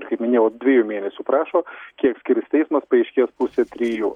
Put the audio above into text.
kaip minėjau dviejų mėnesių prašo kiek skirs teismas paaiškės pusę trijų